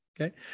Okay